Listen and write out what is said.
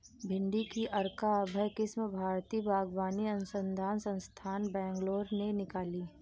भिंडी की अर्का अभय किस्म भारतीय बागवानी अनुसंधान संस्थान, बैंगलोर ने निकाली